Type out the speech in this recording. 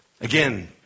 Again